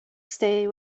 stay